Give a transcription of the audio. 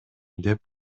деп